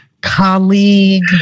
colleague